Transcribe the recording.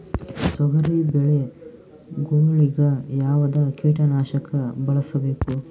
ತೊಗರಿಬೇಳೆ ಗೊಳಿಗ ಯಾವದ ಕೀಟನಾಶಕ ಬಳಸಬೇಕು?